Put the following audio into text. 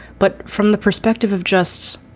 but from the perspective of just,